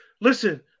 Listen